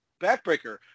backbreaker